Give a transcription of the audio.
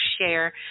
share